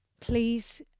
Please